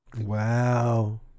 Wow